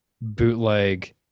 bootleg